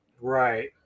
right